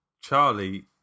Charlie